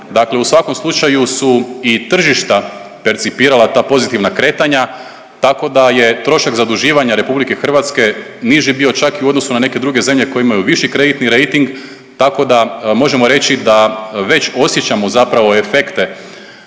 Dakle u svakom slučaju su i tržišta percipirala ta pozitivna kretanja tako da je trošak zaduživanja RH niži bio čak i u odnosu na neke druge zemlje koje imaju viši kreditni rejting tako da možemo reći da već osjećamo zapravo efekte